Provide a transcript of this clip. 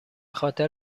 خاطر